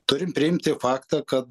turim priimti faktą kad